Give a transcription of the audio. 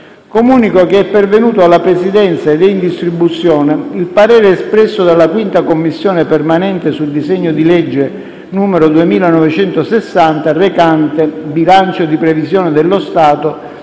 Comunico che è pervenuto alla Presidenza ed è in distribuzione il parere espresso dalla 5a Commissione permanente sul disegno di legge n. 2960, recante: «Bilancio di previsione dello Stato